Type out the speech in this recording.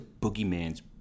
boogeyman's